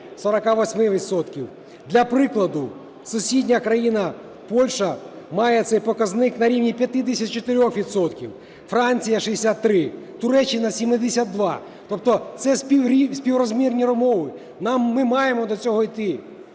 Для прикладу. Сусідня країна Польща має цей показник на рівні 54 відсотків, Франція – 63, Туреччина – 72. Тобто це співрозмірні умови, ми маємо до цього йти,